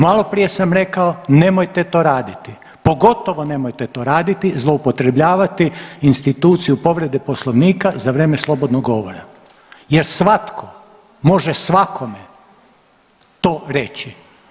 Maloprije sam to rekao nemojte to raditi, pogotovo nemojte to raditi zloupotrebljavati instituciju povrede poslovnika za vrijem slobodnog govora jer svatko može svakome to reći.